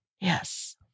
Yes